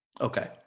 Okay